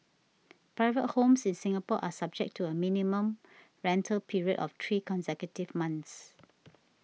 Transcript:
private homes in Singapore are subject to a minimum rental period of three consecutive months